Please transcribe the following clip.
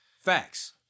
Facts